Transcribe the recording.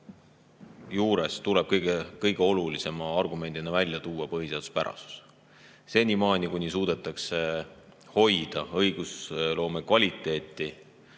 juures tuleb kõige olulisema argumendina välja tuua põhiseaduspärasus. Senimaani, kuni suudetakse hoida õigusloome kvaliteeti,